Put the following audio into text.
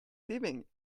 saving